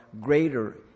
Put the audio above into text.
greater